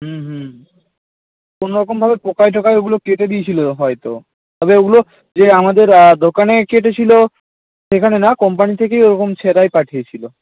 হুম হুম কোনো রকমভাবে পোকায় টোকায় ওগুলো কেটে দিয়েছিলো হয়তো তবে ওগুলো যে আমাদের দোকানে কেটেছিলো সেখানে না কোম্পানি থেকেই ওরকম ছেঁড়াই পাঠিয়েছিলো